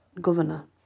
Governor